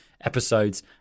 Episodes